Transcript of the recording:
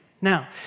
Now